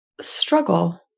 struggle